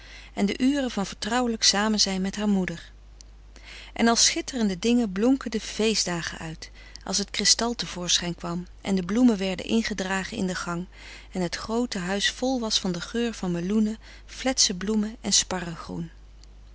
en de uren van vertrouwelijk samenzijn met haar moeder en als schitterende dingen blonken de feestdagen uit als het kristal te voorschijn kwam en de bloemen werden ingedragen in den gang en het groote huis vol was van den geur van meloenen fletse bloemen en